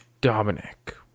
Dominic